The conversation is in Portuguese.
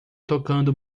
tocando